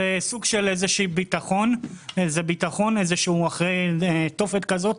זה סוג של איזשהו ביטחון אחרי תופת כזאת